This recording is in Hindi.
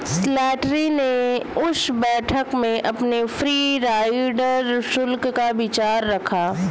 स्लैटरी ने उस बैठक में अपने फ्री राइडर शुल्क का विचार रखा